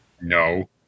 No